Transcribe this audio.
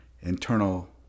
internal